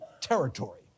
territory